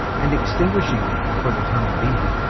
and extinguishing me for the time being.